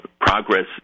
Progress